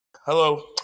Hello